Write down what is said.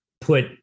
put